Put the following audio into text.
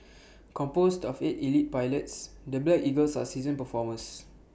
composed of eight elite pilots the black eagles are seasoned performers